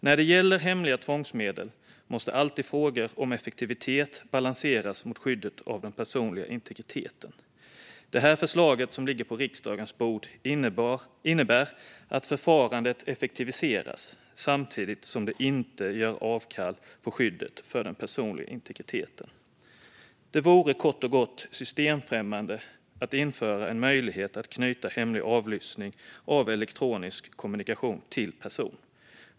När det gäller hemliga tvångsmedel måste frågor om effektivitet alltid balanseras mot skyddet av den personliga integriteten. Det förslag som ligger på riksdagens bord innebär att förfarandet effektiviseras samtidigt som avkall inte görs på skyddet för den personliga integriteten. Det vore kort och gott systemfrämmande att införa en möjlighet att knyta hemlig avlyssning av elektronisk kommunikation till person.